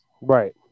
Right